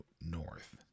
North